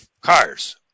cars